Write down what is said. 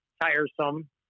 tiresome